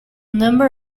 number